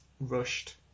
rushed